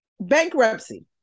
Bankruptcy